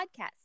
podcast